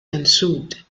ensued